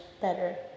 better